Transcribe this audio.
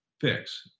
fix